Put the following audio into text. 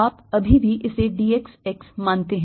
आप अभी भी इसे dx x मानते हैं